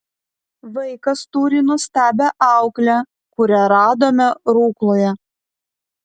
vaikas turi nuostabią auklę kurią radome rukloje